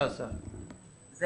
אני